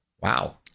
Wow